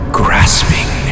grasping